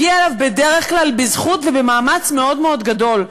והגיע אליו בדרך כלל בזכות ובמאמץ מאוד מאוד גדול.